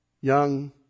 Young